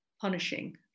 punishing